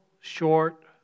short